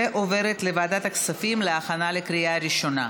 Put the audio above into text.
ועוברת לוועדת הכספים להכנה לקריאה ראשונה.